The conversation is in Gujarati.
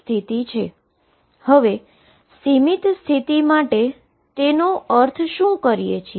બાઉન્ડ સ્ટેટ માટે તેનો શું અર્થ કરીએ છીએ